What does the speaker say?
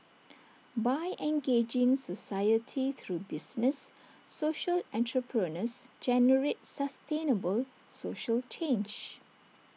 by engaging society through business social entrepreneurs generate sustainable social change